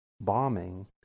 bombing